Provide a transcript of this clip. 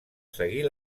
seguir